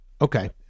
Okay